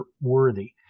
worthy